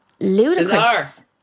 ludicrous